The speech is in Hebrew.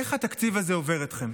איך התקציב הזה עובר אתכם?